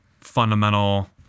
fundamental